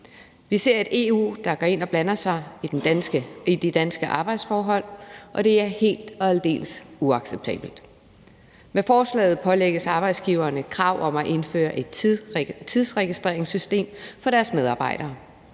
Vi ser et EU, der går ind og blander sig i de danske arbejdsforhold, og det er helt og aldeles uacceptabelt. Med forslaget pålægges arbejdsgiverne krav om at indføre et tidsregistreringssystem for deres medarbejdere.